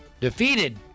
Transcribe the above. defeated